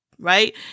right